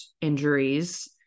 injuries